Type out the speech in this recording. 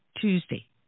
Tuesday